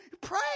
Pray